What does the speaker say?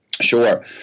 Sure